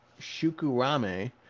Shukurame